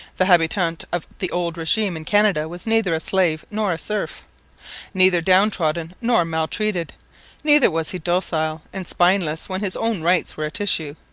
the habitant of the old regime in canada was neither a slave nor a serf neither down-trodden nor maltreated neither was he docile and spineless when his own rights were at issue.